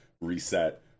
reset